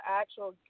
actual